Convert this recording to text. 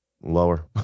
Lower